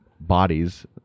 bodies